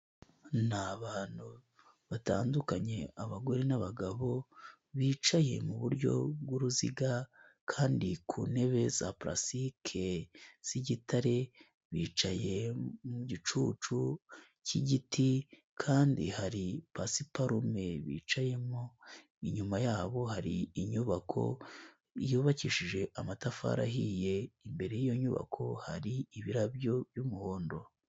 Ni abantu batandukanye abagore n'abagabo bicaye mu buryo bw'uruziga kandi ku ntebe za pulasike z'igitare, bicaye mu gicucu k'igiti kandi hari pasiparume bicayemo, inyuma yabo hari inyubako yubakishije amatafari ahiye, imbere y'iyo nyubako hari ibirabyo by'umuhondo.